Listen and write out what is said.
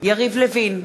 יריב לוין,